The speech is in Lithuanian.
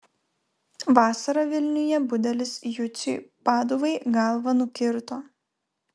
vasarą vilniuje budelis juciui paduvai galvą nukirto